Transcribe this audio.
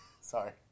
Sorry